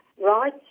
right